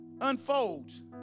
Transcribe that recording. unfolds